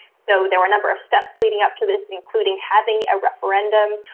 so there were a number of steps leading up to this, including having a referendum,